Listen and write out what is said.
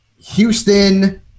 Houston